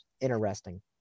interesting